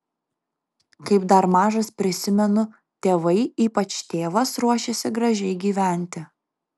kaip dar mažas prisimenu tėvai ypač tėvas ruošėsi gražiai gyventi